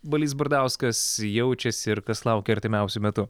balys bardauskas jaučiasi ir kas laukia artimiausiu metu